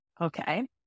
Okay